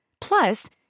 Plus